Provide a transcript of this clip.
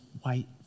white